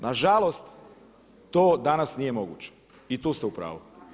Nažalost, to danas nije moguće i tu ste upravu.